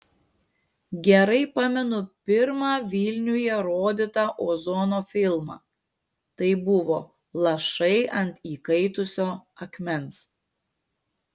gerai pamenu pirmą vilniuje rodytą ozono filmą tai buvo lašai ant įkaitusio akmens